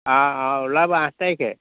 ওলাবা আঠ তাৰিখে